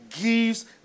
gives